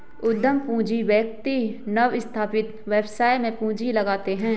उद्यम पूंजी व्यक्ति नवस्थापित व्यवसाय में पूंजी लगाते हैं